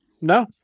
No